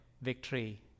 victory